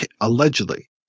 allegedly